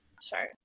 Sorry